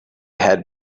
had